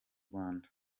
rwanda